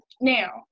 Now